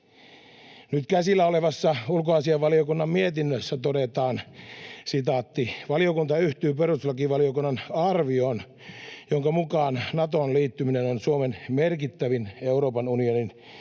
Nyt käsillä olevassa ulkoasiainvaliokunnan mietinnössä todetaan: ”Valiokunta yhtyy perustuslakivaliokunnan arvioon, jonka mukaan Natoon liittyminen on Suomen merkittävin Euroopan unioniin